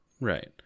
Right